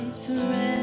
surrender